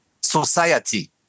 society